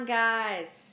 guys